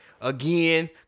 again